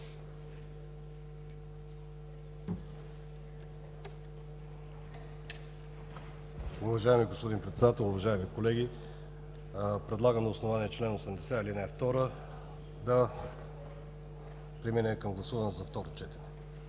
Уважаеми господин председател, уважаеми колеги, предлагам на основание чл. 80, ал. 2 да преминем към гласуване за второ четене.